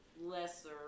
lesser